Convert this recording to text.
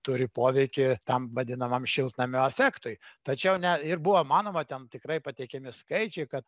turi poveikį tam vadinamam šiltnamio efektui tačiau ne ir buvo manoma ten tikrai pateikiami skaičiai kad